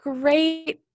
great